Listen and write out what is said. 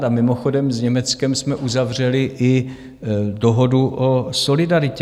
A mimochodem, s Německem jsme uzavřeli i dohodu o solidaritě.